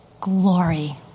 glory